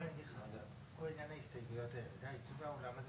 אני מקווה שזה ייצא לפועל.